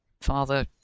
father